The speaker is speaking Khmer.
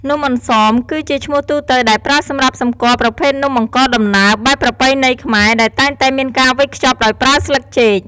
នំអន្សម គឺជាឈ្មោះទូទៅដែលប្រើសម្រាប់សម្គាល់ប្រភេទនំអង្ករដំណើបបែបប្រពៃណីខ្មែរ ដែលតែងតែមានការវេចខ្ចប់ដោយប្រើស្លឹកចេក។